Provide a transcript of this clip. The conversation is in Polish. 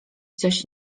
coś